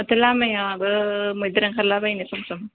माथो लामायाबो मैदेर ओंखारलाबायोनो सम सम